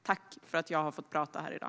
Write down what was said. Tack för att jag har fått tala här i dag!